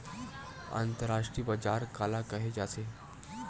अंतरराष्ट्रीय बजार काला कहे जाथे?